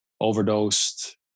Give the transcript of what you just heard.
overdosed